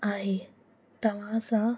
आहे तव्हांसां